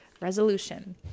resolution